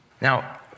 now